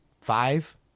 Five